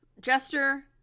Jester